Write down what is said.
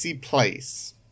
place